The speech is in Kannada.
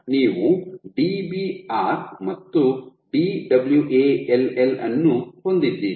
ಆದ್ದರಿಂದ ನೀವು Dbr ಮತ್ತು Dwall ಅನ್ನು ಹೊಂದಿದ್ದೀರಿ